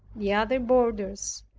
the other boarders,